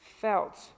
felt